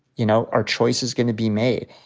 you know, are choices gonna be made?